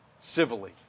civilly